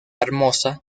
hermosa